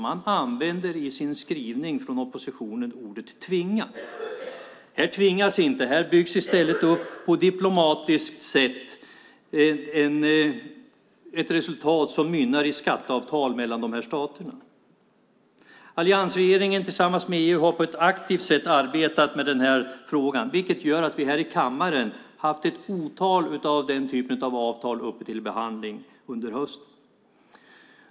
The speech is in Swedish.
Man använder i sin skrivning från oppositionen ordet tvinga. Här tvingas inte. Här byggs i stället på diplomatiskt sätt upp ett resultat som mynnar ut i skatteavtal med de här staterna. Alliansregeringen tillsammans med EU har på ett aktivt sätt arbetat med den här frågan, vilket gör att vi här i kammaren har haft ett otal av den typen av avtal uppe till behandling under hösten.